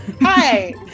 hi